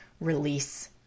release